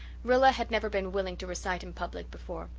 rilla had never been willing to recite in public before.